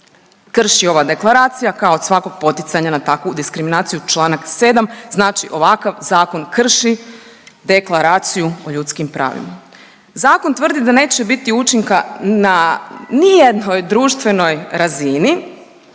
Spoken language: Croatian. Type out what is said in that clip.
krši ova Deklaracija kao od svakog poticanja na takvu diskriminaciju, čl. 7, znači ovakav zakon krši Deklaraciju o ljudskim pravima. Zakon tvrdi da neće biti učinka na nijednoj društvenoj razini,